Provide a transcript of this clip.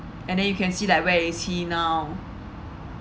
and then you can see like where is he now